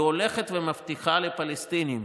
היא הולכת ומבטיחה לפלסטינים: